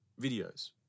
videos